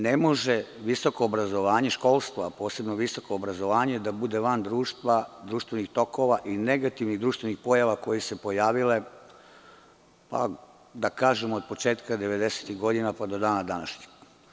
Ne može visoko obrazovanje školstva, posebno visoko obrazovanje, da bude van društvenih tokova i negativnih društvenih pojava koje su se pojavile, da kažem, od početka devedesetih godina, pa do dana današnjeg.